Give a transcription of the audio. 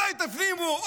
מתי תפנימו?